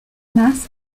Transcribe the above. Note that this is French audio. mars